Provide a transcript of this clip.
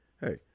hey